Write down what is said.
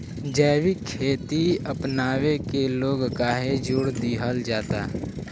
जैविक खेती अपनावे के लोग काहे जोड़ दिहल जाता?